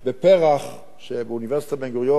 בפר"ח שבאוניברסיטת בן-גוריון.